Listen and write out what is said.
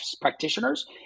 practitioners